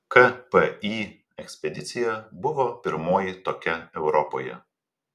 kpi ekspedicija buvo pirmoji tokia europoje